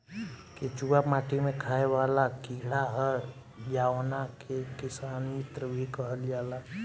केचुआ माटी में खाएं वाला कीड़ा ह जावना के किसान मित्र भी कहल जाला